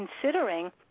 considering